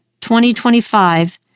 2025